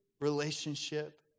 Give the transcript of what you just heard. relationship